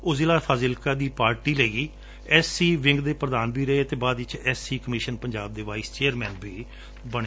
ਉਹ ਜਿਲ੍ਹਾ ਫਾਜਿਲਕਾ ਲਈ ਪਾਰਟੀ ਦੇ ਐਸ ਸੀ ਵਿੰਗ ਦੇ ਪ੍ਰਧਾਨ ਵੀ ਰਹੇ ਅਤੇ ਬਾਦ ਵਿੱਚ ਐਸ ਸੀ ਕਮਿਸ਼ਨ ਦੇ ਵਾਈਸ ਚੇਅਰਮੈਨ ਵੀ ਬਣੇ